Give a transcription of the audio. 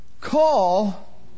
Call